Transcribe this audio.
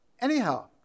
Anyhow